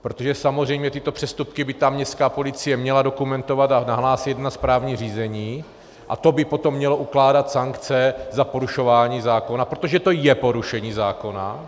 Protože samozřejmě tyto přestupky by ta městská policie měla dokumentovat a nahlásit na správní řízení a to by potom mělo ukládat sankce za porušování zákona, protože to je porušení zákona.